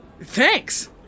Thanks